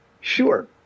Sure